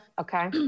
Okay